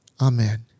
Amen